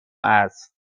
است